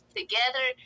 together